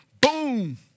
boom